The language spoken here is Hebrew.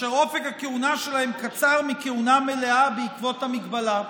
אשר אופק הכהונה שלהם קצר מכהונה מלאה בעקבות המגבלה".